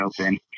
Open